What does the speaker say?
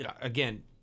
again